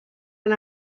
han